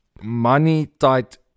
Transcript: money-tight